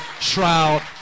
Shroud